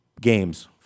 Games